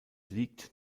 liegt